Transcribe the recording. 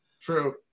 True